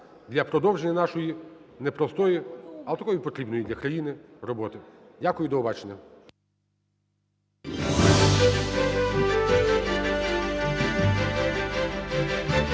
для продовження нашої непростої, але такої потрібної для країни роботи. Дякую. До побачення.